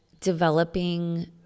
developing